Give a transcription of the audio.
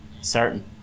certain